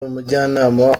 umujyanama